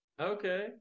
okay